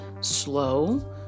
slow